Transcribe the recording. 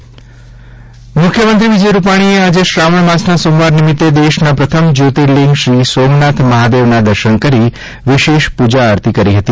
CM Somnath મુખ્યમંત્રી શ્રી વિજય રૂપાણીએ આજે શ્રાવણ માસના સોમવાર નિમિત્તે દેશના પ્રથમ જ્યોર્તિલીંગ શ્રી સોમનાથ મહાદેવના દર્શન કરી વિશેષ પ્રજા આરતી કરી હતી